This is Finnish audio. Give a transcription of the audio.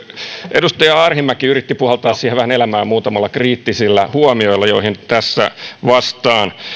edustaja arhinmäki yritti puhaltaa siihen vähän elämää muutamilla kriittisillä huomioilla joihin tässä vastaan